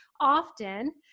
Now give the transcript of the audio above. often